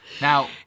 Now